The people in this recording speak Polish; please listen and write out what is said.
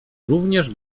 również